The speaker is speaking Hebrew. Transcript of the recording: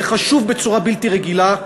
זה חשוב בצורה בלתי רגילה,